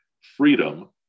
freedom